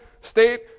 state